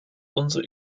unser